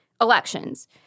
elections